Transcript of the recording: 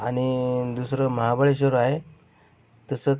आणि दुसरं महाबळेश्वर आहे तसंच